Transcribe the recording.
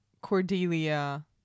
Cordelia